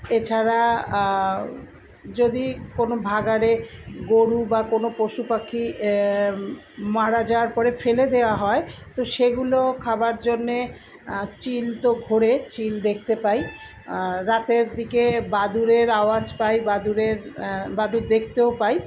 এছাড়া যদি কোনো ভাগাড়ে গরু বা কোনো পশুপাখি মারা যাওয়ার পরে ফেলে দেওয়া হয় তো সেগুলো খাবার জন্যে চিল তো ঘোরে চিল দেখতে পাই রাতের দিকে বাদুড়ের আওয়াজ পাই বাদুড়ের বাদুড় দেখতেও পাই